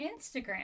Instagram